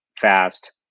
fast